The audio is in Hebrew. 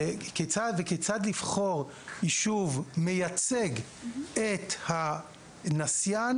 כיצד לבחור יישוב שמייצג את הנסיין